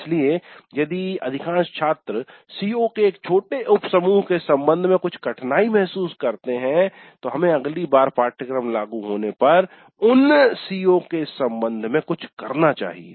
इसलिए यदि अधिकांश छात्र CO के एक छोटे उपसमूह के संबंध में कुछ कठिनाई महसूस करते हैं तो हमें अगली बार पाठ्यक्रम लागू होने पर उन CO के संबंध में कुछ करना चाहिए